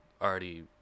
already